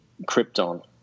Krypton